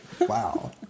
wow